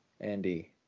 andy